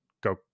go